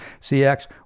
cx